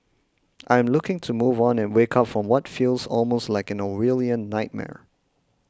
I am looking to move on and wake up from what feels almost like an Orwellian nightmare